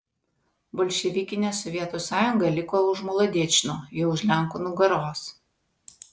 bolševikinė sovietų sąjunga liko už molodečno jau už lenkų nugaros